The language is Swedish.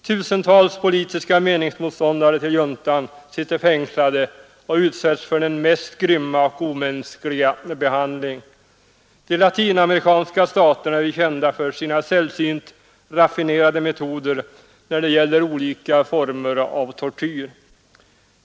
Tusentals politiska meningsmotståndare till juntan sitter fängslade och utsätts för den mest grymma och omänskliga behandling. De latinamerikanska staterna är ju kända för sina sällsynt raffinerade metoder när det gäller olika former av tortyr.